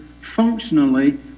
functionally